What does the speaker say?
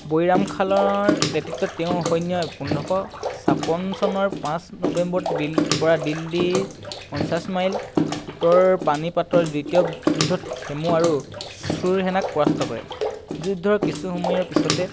বৈৰাম খানৰ নেতৃত্বত তেওঁৰ সৈন্যই পোন্ধৰশ ছাপন্ন চনৰ পাঁচ নৱেম্বৰত দিল্ পৰা দিল্লীৰ পঞ্চাছ মাইল উত্তৰে পাণিপাটৰ দ্বিতীয় যুদ্ধত হিমু আৰু চুৰ সেনাক পৰাস্ত কৰে যুদ্ধৰ কিছু সময়ৰ পিছতে